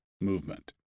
movement